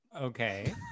Okay